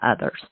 others